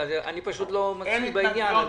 אני לא מצוי בעניין.